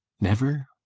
never?